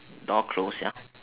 door closed ya